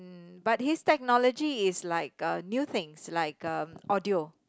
mm but his technology is like uh new things like um audio